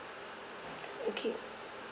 okay